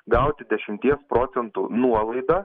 gauti dešimties procentų nuolaidą